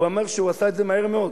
הוא אמר שהוא עשה את זה מהר מאוד,